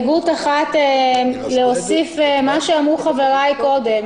אני רוצה להוסיף על מה שאמרו חבריי קודם,